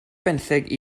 benthyg